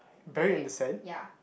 buried ya